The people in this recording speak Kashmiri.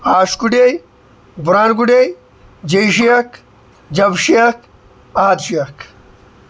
عاش گُڈے بُرہان گُڈے جے شیخ جَبہٕ شیخ اَحَد شیخ